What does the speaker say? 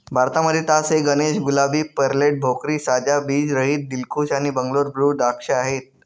भारतामध्ये तास ए गणेश, गुलाबी, पेर्लेट, भोकरी, साजा, बीज रहित, दिलखुश आणि बंगलोर ब्लू द्राक्ष आहेत